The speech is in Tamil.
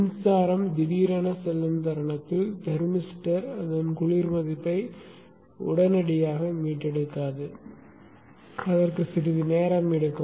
மின்சாரம் திடீரென செல்லும் தருணத்தில் தெர்மிஸ்டர் அதன் குளிர் மதிப்பை உடனடியாக மீட்டெடுக்காது அதற்கு சிறிது நேரம் எடுக்கும்